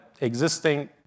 existing